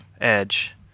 Edge